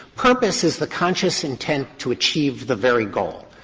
purpose is the conscious intent to achieve the very goal.